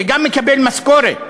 שגם מקבל משכורת